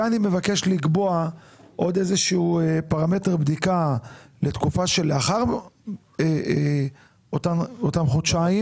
אני מבקש לקבוע עוד איזשהו פרמטר בדיקה לתקופה שלאחר אותם חודשיים,